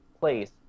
place